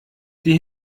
die